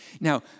Now